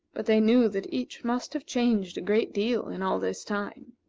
but they knew that each must have changed a great deal in all this time.